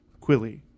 Quilly